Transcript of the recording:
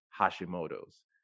Hashimoto's